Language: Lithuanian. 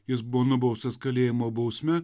jis buvo nubaustas kalėjimo bausme